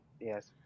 yes